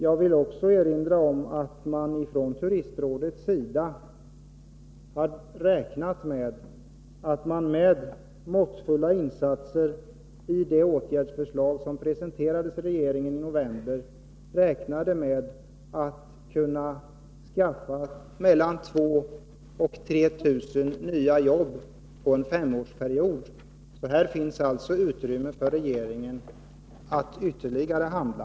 Jag vill också erinra om att turistrådet när det gäller de åtgärdsförslag som presenterades för regeringen i november hade räknat med att man med måttfulla insatser skulle kunna skaffa mellan 2 000 och 3 000 nya jobb under en femårsperiod. Här finns alltså ytterligare anledning för regeringen att handla.